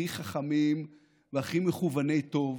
הכי חכמים והכי מכֻווני טוב